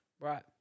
Right